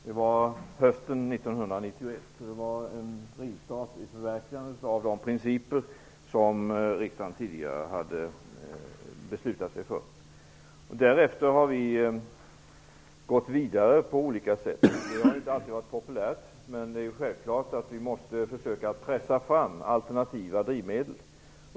Det var hösten 1991, så det var en rivstart för förverkligandet av de principer som riksdagen tidigare hade beslutat sig för. Därefter har vi gått vidare på olika sätt. Det har inte alltid varit populärt, men det är självklart att vi måste försöka pressa fram alternativa drivmedel.